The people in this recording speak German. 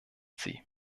sie